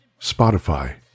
Spotify